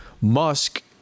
Musk